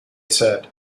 said